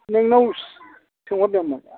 नोंनाव सोंहरदोंमोन